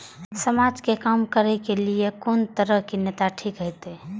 समाज के काम करें के ली ये कोन तरह के नेता ठीक होते?